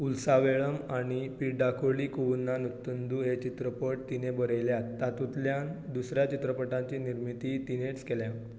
उल्सावेळम आनी पिडाक्कोळ्ळी कुवुन्ना नुत्तंदू हे चित्रपट तिणें बरयल्यात तातूंतल्या दुसर्या चित्रपटाची निर्मितीय तिणेंच केल्या